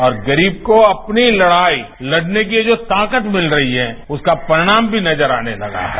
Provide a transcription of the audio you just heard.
और गरीब को अपनी लढ़ाई लड़ने की जो ताकत मिल रही है उसका परिणाम भी नजर आने लगा है